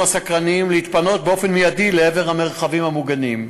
הסקרנים להתפנות באופן מיידי לעבר המרחבים המוגנים.